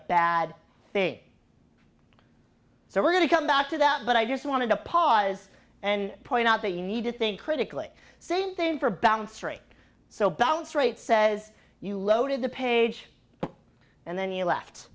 bad thing so we're going to come back to that but i just want to pause and point out that you need to think critically same thing for balance three so balance right says you loaded the page and then you